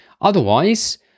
Otherwise